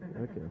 Okay